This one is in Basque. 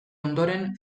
ondoren